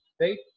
right